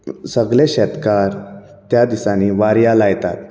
सगळे शेतकार त्या दिसांनी वाऱ्या लायतात